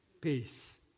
Peace